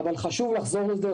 אבל חשוב לחזור לזה.